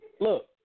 look